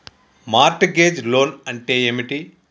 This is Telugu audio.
మార్ట్ గేజ్ లోన్ అంటే ఏమిటి?